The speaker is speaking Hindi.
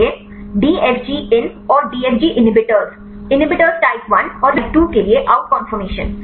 इसलिए DFG इन और DFG इनहिबिटर्स इनहिबिटर टाइप 1 और इनहिबिटर टाइप 2 के लिए आउट कफोर्मशन